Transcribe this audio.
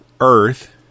Earth